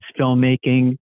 filmmaking